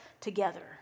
together